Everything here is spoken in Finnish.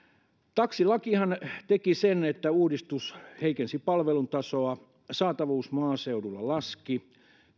taksilain uudistushan teki sen että se heikensi palvelun tasoa saatavuus maaseudulla laski